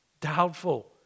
doubtful